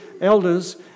elders